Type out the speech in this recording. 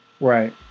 Right